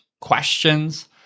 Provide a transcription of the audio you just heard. questions